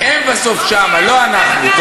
הן בסוף שם, לא אנחנו.